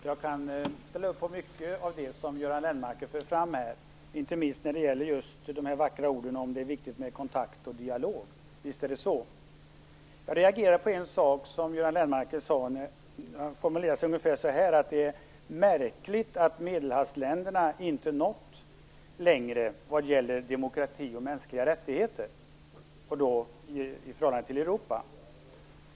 Fru talman! Jag kan ställa mig bakom mycket av det som Göran Lennmarker för fram här, inte minst när det gäller de vackra orden om att det är viktigt med kontakt och dialog. Visst är det så. Jag reagerar på en sak som Göran Lennmarker sade. Han formulerade sig så att det är märkligt att Medelhavsländerna inte nått längre i förhållande till Europa vad gäller demokrati och mänskliga rättigheter.